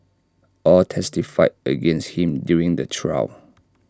all testified against him during the trial